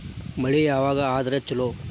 ಮಳಿ ಯಾವಾಗ ಆದರೆ ಛಲೋ?